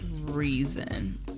reason